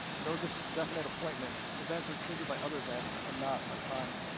no definite appointments. events are triggered by other events, and not by time.